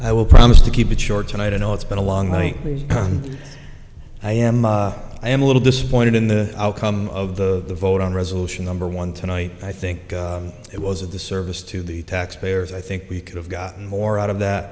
i will promise to keep it short tonight and it's been a long night please and i am i am a little disappointed in the outcome of the vote on resolution number one tonight i think it was a disservice to the taxpayers i think we could have gotten more out of that